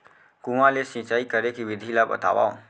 कुआं ले सिंचाई करे के विधि ला बतावव?